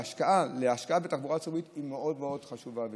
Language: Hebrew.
ההשקעה בתחבורה הציבורית היא מאוד מאוד קריטית.